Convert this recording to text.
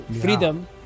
freedom